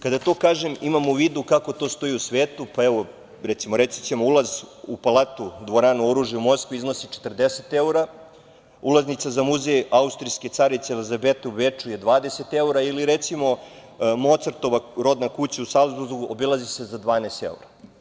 Kada to kažem imam u vidu kako to stoji u svetu, pa evo, reći ću, ulaz u palatu Dvoranu oružja u Moskvi iznosi 40 eura, ulaznica za muzej austrijske carice Elizabete u Beču je 20 evra, ili recimo, Mocartova rodna kuća u Salzburgu obilazi se za 12 eura.